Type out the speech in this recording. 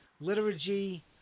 Liturgy